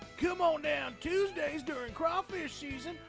come on down tuesdays during crawfish season,